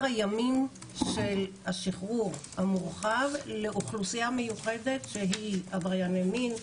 הימים של השחרור המורחב לאוכלוסייה מיוחדת שהיא עברייני מין,